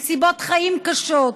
עם נסיבות חיים קשות,